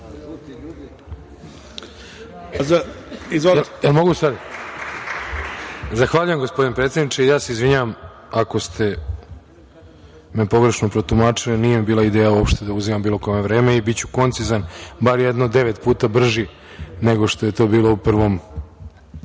Zahvaljujem gospodine predsedniče. Ja se izvinjavam, ako ste me pogrešno protumačili, nije mi bila ideja uopšte da uzimam bilo kome vreme i biću koncizan, bar jedno devet puta brži nego što je to bilo u prvom